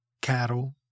cattle